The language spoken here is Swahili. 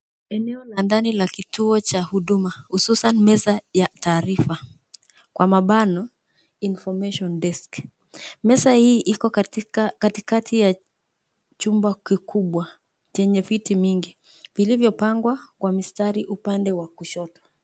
Eneo la ndani la kituo cha huduma hususan meza ya taarifa (information desk) .Meza hii iko katikati ya chumba kikubwa chenye viti mingi vilivyopangwa kwa mistari upande wa kushoto.